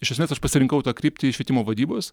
iš esmės aš pasirinkau tą kryptį švietimo vadybos